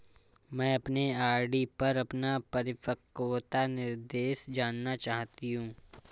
मैं अपने आर.डी पर अपना परिपक्वता निर्देश जानना चाहती हूँ